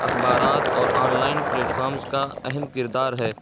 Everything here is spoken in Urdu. اخبارات اور آن لائن پلیٹ فارمز کا اہم کردار ہے